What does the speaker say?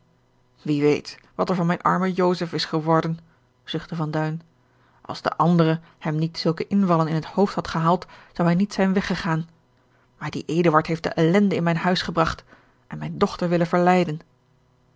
wie weet wat er van mijn armen joseph is geworden zuchtte van duin als de andere hem niet zulke invallen in het hoofd had gehaald zou hij niet zijn weggegaan maar die eduard heeft de ellende in mijn huis gebragt en mijne dochter willen verleiden